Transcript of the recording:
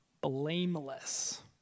blameless